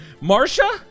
Marcia